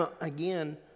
Again